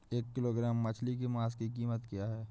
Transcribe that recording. एक किलोग्राम मछली के मांस की कीमत क्या है?